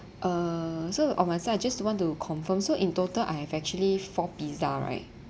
uh so on my side just to want to confirm so in total I have actually four pizza right